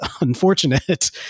unfortunate